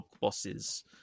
bosses